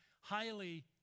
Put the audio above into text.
highly